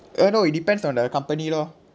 uh no it depends on the company lor